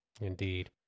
Indeed